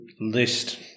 list